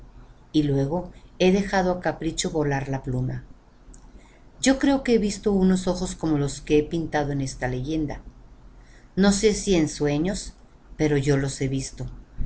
y luego he dejado á capricho volar la pluma yo creo que he visto unos ojos como los que he pintado en esta leyenda no sé si en sueños pero yo los he visto